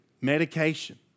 medication